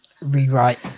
rewrite